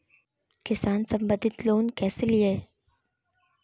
किसान संबंधित लोन कैसै लिये?